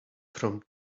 from